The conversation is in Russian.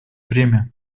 время